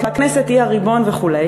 והכנסת היא הריבון וכו'.